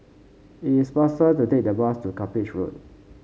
it is faster to take the bus to Cuppage Road